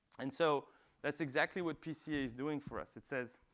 and so that's exactly what pca is doing for us. it says,